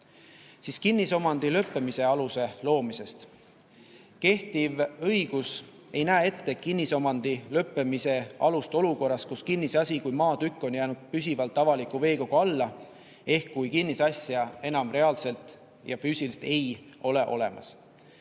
Kinnisomandi lõppemise aluse loomisest. Kehtiv õigus ei näe ette kinnisomandi lõppemise alust olukorras, kus kinnisasi kui maatükk on jäänud püsivalt avaliku veekogu alla ehk kui kinnisasja enam reaalselt ja füüsiliselt ei ole olemas.